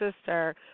sister